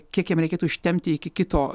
kiek jiem reikėtų ištempti iki kito